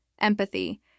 empathy